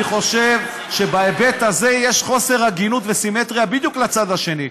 אני חושב שבהיבט הזה יש חוסר הגינות וסימטריה בדיוק לצד השני.